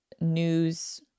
news